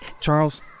Charles